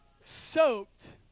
soaked